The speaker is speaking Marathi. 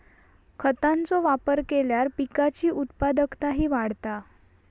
खतांचो वापर केल्यार पिकाची उत्पादकताही वाढता